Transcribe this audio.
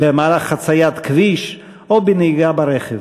במהלך חציית כביש או בנהיגה ברכב.